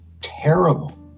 terrible